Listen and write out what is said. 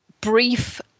brief